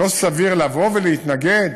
לבוא ולהתנגד